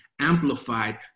amplified